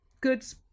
goods